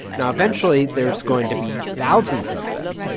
now eventually, there's going to be thousands of them.